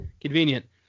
Convenient